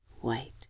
white